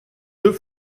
deux